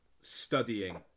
Studying